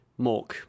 Mork